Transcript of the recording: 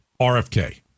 rfk